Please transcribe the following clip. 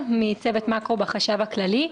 מצוות מאקרו בחשב הכללי.